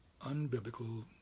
unbiblical